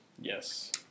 Yes